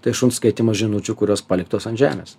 tai šuns skaitymas žinučių kurios paliktos ant žemės